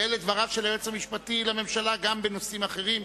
ואלה דבריו של היועץ המשפטי לממשלה גם בנושאים אחרים,